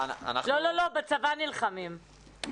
אנחנו מחויבים לשמור על הבריאות של המורים ועל שלומם,